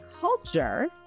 culture